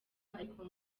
ariko